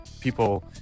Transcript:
people